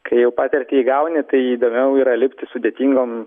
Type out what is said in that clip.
kai jau patirtį įgauni tai įdomiau yra lipti sudėtingom